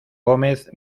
gómez